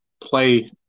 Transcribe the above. play